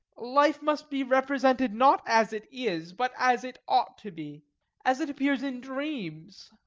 life must be represented not as it is, but as it ought to be as it appears in dreams.